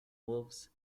wolves